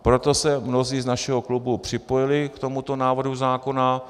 Proto se mnozí z našeho klubu připojili k tomuto návrhu zákona.